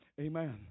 Amen